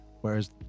Whereas